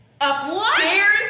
upstairs